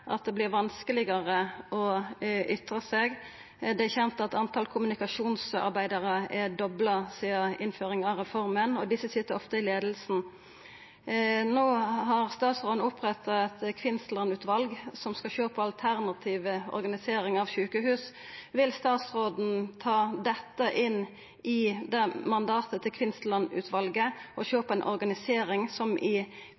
at det vert vanskelegare å ytra seg. Det er kjent at talet på kommunikasjonsarbeidarar er dobla sidan innføringa av reforma, og desse sit ofte i leiinga. No har statsråden oppretta Kvinnsland-utvalet, som skal sjå på alternativ organisering av sjukehus. Vil statsråden ta dette inn i mandatet til Kvinnsland-utvalet – sjå på ei organisering som i